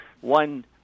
One